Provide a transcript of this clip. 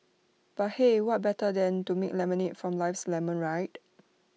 but hey what better than to make lemonade from life's lemons right